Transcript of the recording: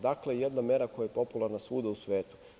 Dakle, jedna mera koja je popularna svuda u svetu.